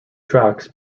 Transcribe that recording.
tracks